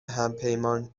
همپیمان